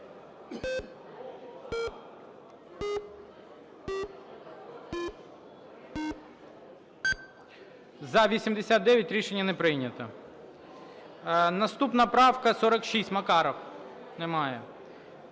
За-89 Рішення не прийнято. Наступна правка 46, Макаров. Немає.